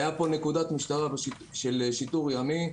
הייתה נקודת משטרה של השיטור הימי.